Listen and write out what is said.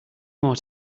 more